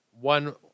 one